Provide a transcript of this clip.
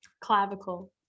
Clavicle